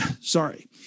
sorry